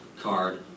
card